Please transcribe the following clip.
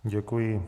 Děkuji.